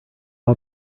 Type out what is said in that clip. all